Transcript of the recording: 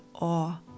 awe